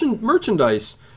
merchandise